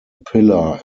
pillar